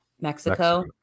Mexico